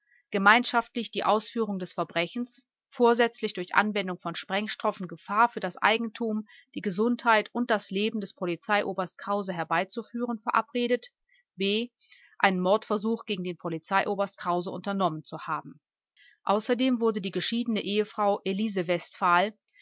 gemeinschaftlich die ausführung des verbrechens vorsätzlich durch anwendung von sprengstoffen gefahr für das eigentum die gesundheit und das leben des polizeioberst krause herbeizuführen verabredet b einen mordversuch gegen den polizeioberst krause unternommen zu haben außerdem wurde die geschiedene ehefrau elise